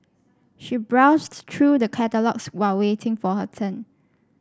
she browsed through the catalogues while waiting for her turn